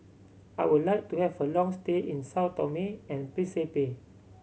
I would like to have a long stay in Sao Tome and Principe